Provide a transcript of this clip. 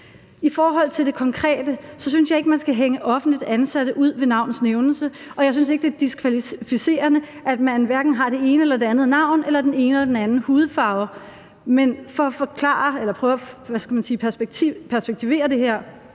I forhold til det konkrete eksempel synes jeg ikke, man skal hænge offentligt ansatte ud ved navns nævnelse, og jeg synes ikke, det er diskvalificerende, at man har det ene eller det andet navn eller den ene eller den anden hudfarve. Men for at, hvad skal man sige, prøve at perspektivere det her,